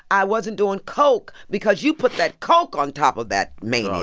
i wasn't doing coke because you put that coke on top of that mania,